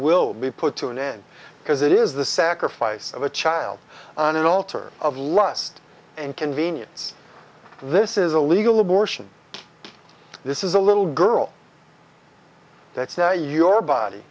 will be put to an end because it is the sacrifice of a child on an alter of lust and convenience this is a legal abortion this is a little girl that's now your body